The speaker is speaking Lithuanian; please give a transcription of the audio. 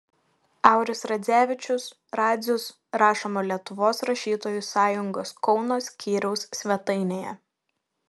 auris radzevičius radzius rašoma lietuvos rašytojų sąjungos kauno skyriaus svetainėje